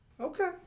Okay